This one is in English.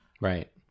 Right